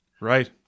Right